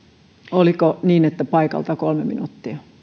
oliko niin että paikalta kolme minuuttia